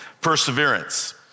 perseverance